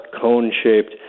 cone-shaped